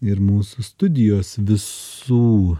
ir mūsų studijos visų